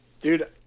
Dude